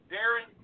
Darren